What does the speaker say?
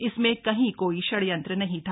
इसमें कहीं कोई षडयंत्र नहीं था